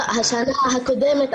תודה רבה על ההזדמנות.